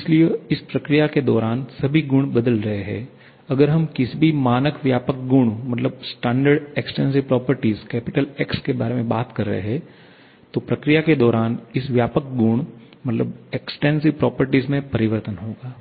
इसलिए इस प्रक्रिया के दौरान सभी गुण बदल रही हैं अगर हम किसी भी मानक व्यापक गुण X के बारे में बात करते हैं तो प्रक्रिया के दौरान इस व्यापक गुण में परिवर्तन होगा